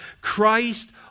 Christ